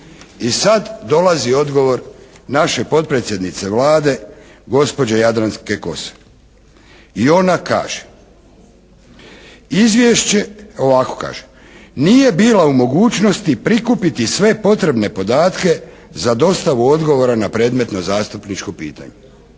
I sad dolazi odgovor naše potpredsjednice Vlade gospođe Jadranke Kosor. I ona kaže, izvješće, ovako kaže, nije bila u mogućnosti prikupiti sve potrebne podatke za dostavu odgovora na predmetno zastupničko pitanje.